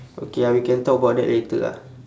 okay ah we can talk about that later ah